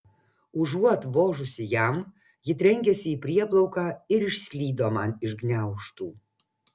užuot vožusi jam ji trenkėsi į prieplauką ir išslydo man iš gniaužtų